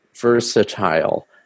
versatile